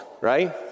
right